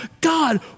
God